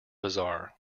bizarre